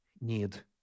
need